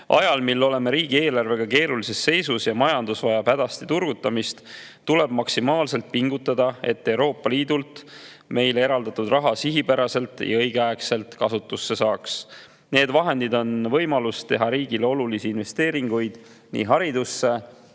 Ajal, mil riigieelarve on keerulises seisus ja majandus vajab hädasti turgutamist, tuleb maksimaalselt pingutada, et Euroopa Liidult meile eraldatud raha sihipäraselt ja õigeaegselt kasutatud saaks. Need vahendid võimaldavad teha riigile olulisi investeeringuid haridusse,